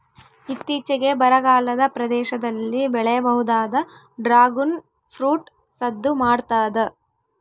ಇತ್ತೀಚಿಗೆ ಬರಗಾಲದ ಪ್ರದೇಶದಲ್ಲಿ ಬೆಳೆಯಬಹುದಾದ ಡ್ರಾಗುನ್ ಫ್ರೂಟ್ ಸದ್ದು ಮಾಡ್ತಾದ